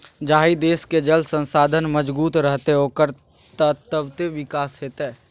जाहि देशक जल संसाधन मजगूत रहतै ओकर ततबे विकास हेतै